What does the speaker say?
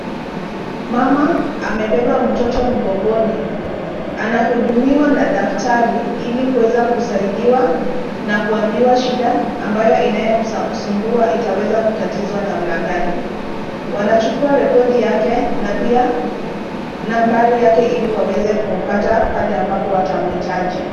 Mama amebeba mtoto mgongoni. Anahudumiwa na daktari ili kuweza kusaidiwa na kuambiwa shida ambayo inayomsumbua itaweza kutatizwa namna gani. Wanachukua rekodi yake na pia nambari yake ili waweze kumpata pale ambapo watamhitaji.